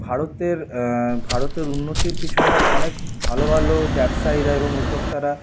ভারতের ভারতের উন্নতির পিছনে অনেক ভালো ভালো ব্যবসায়ীরা এবং উদ্যোক্তারা